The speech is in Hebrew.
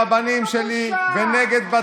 חמישה רבנים מדברים נגדך.